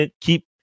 keep